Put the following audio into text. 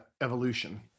Evolution